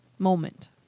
moment